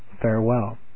Farewell